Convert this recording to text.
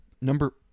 number